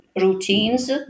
routines